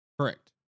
correct